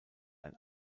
ein